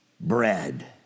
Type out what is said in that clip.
bread